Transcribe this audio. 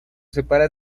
separa